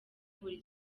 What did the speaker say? buri